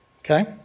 Okay